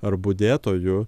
ar budėtoju